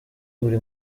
buri